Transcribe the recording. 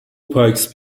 پایکس